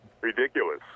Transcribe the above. Ridiculous